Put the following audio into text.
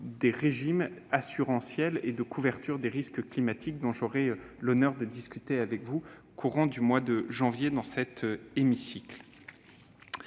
des régimes assurantiels et de couverture des risques climatiques, dont j'aurai l'honneur de discuter avec vous dans cet hémicycle